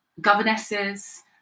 governesses